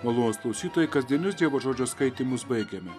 malonūs klausytojai kasdienius dievo žodžio skaitymus baigėme